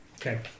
Okay